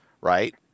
right